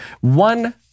One